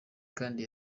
kandi